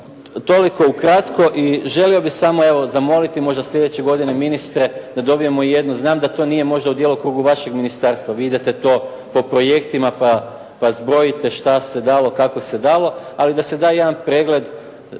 toliko ukratko i želio bih samo zamoliti, možda sljedeće godine ministre da dobijemo jednu, znam da to nije možda u djelokrugu vašeg ministarstva, vi idete to po projektima pa zbrojite što se dalo, kako se dalo, ali da se da jedan pregled